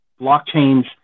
blockchains